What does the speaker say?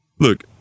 Look